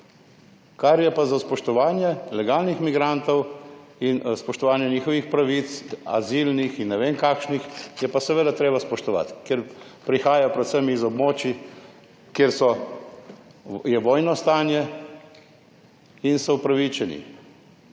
Kar je pa za spoštovanje ilegalnih migrantov in spoštovanje njihovih pravic, azilnih in ne vem kakšnih je pa seveda treba spoštovati, ker prihaja predvsem iz območij, kjer so, je vojno stanje in so upravičeni.